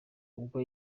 ubwo